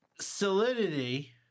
solidity